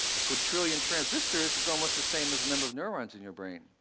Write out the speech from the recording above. a quadrillion transistors is almost the same as the number of neurons in your brain.